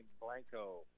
Blanco